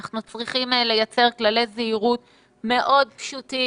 אנחנו צריכים לייצר כללי זהירות מאוד פשוטים,